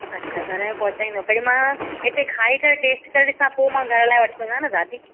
अच्छा घर में पहुचाईंदव पहिरियूं मां हिते खाइ करे टेस्ट करे ॾिसां पोइ मां घर लाइ वठी वञां न दादी